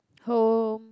home